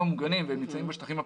מוגנים והם נמצאים בשטחים הפתוחים.